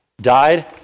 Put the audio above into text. died